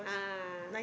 ah